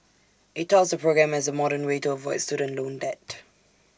IT touts the program as the modern way to avoid student loan debt